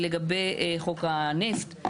לגבי חוק הנפט,